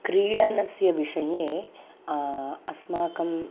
क्रीडनस्य विषये अस्माकं